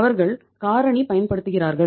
அவர்கள் காரணி பயன்படுத்துகிறார்கள்